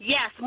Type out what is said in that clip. Yes